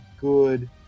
good